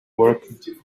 work